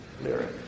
lyric